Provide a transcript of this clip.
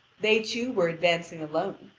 they two were advancing alone,